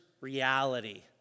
reality